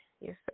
Yes